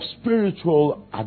spiritual